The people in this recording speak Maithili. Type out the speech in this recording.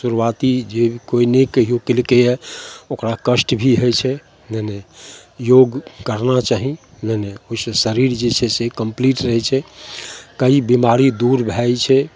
शुरुआती जे कोइ नहि कहियो कयलकय हँ ओकरा कष्ट भी होइ छै नहि नहि योग करना चाही नहि नहि किछु नहि शरीर जे छै से कंप्लीट रहय छै कइ बीमारी दूर भए जाइ छै